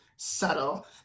subtle